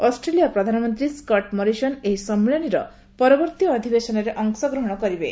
Australia ପ୍ରଧାନମନ୍ତ୍ରୀ Scott Morrison ଏହି ସମ୍ମିଳନୀର ପରବର୍ତ୍ତୀ ଅଧିବେଶନରେ ଅଂଶଗ୍ରହଣ କରିବେ